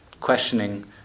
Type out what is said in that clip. questioning